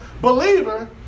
believer